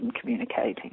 communicating